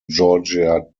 georgia